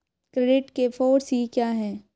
Credit के four C क्या हैं?